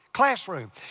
classroom